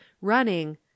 running